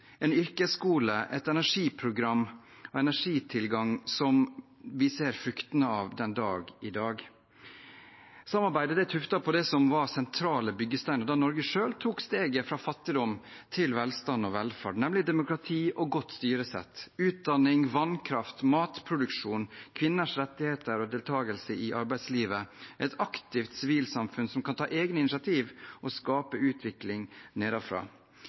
en yrkesskole, et energiprogram og en energitilgang som vi ser fruktene av den dag i dag. Samarbeidet er tuftet på det som var sentrale byggesteiner da Norge selv tok steget fra fattigdom til velstand og velferd, nemlig demokrati og godt styresett, utdanning, vannkraft, matproduksjon, kvinners rettigheter og deltakelse i arbeidslivet og et aktivt sivilsamfunn som kan ta egne initiativ og skape utvikling